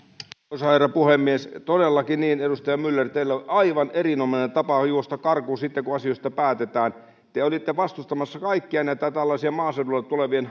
arvoisa herra puhemies todellakin edustaja myller teillä on aivan erinomainen tapa juosta karkuun sitten kun asioista päätetään te te olitte vastustamassa kaikkea tällaista maaseudulle tulevien